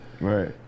Right